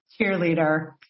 Cheerleader